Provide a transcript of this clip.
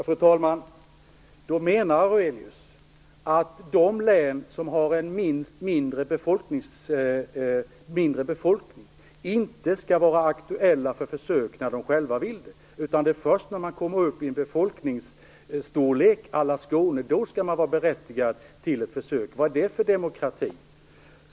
Fru talman! Då menar Nils Fredrik Aurelius att de län som har en mindre befolkning inte skall vara aktuella för försök när de själva vill det, utan det är först när de kommer upp i en befolkningsstorlek à la Skåne som de skall vara berättigade till ett försök. Vad är det för demokrati?